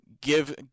give